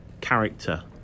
character